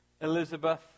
Elizabeth